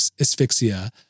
asphyxia